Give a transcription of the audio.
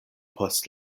post